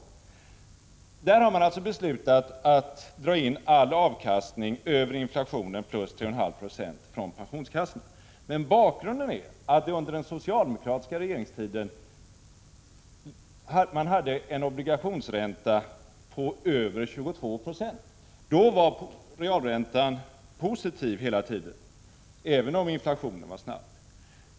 I Danmark har man alltså beslutat att dra in all avkastning över inflationen plus 3,5 90 från pensionskassorna. Men bakgrunden är den att man under den socialdemokratiska regeringstiden hade en obligationsränta på över 22 96. Då var realräntan positiv hela tiden, även om inflationen var snabb.